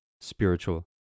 spiritual